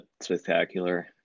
spectacular